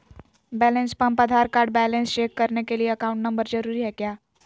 Balance pump Aadhaar card balance check करने के लिए अकाउंट नंबर जरूरी है क्या?